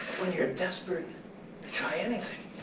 when you're desperate, you try anything.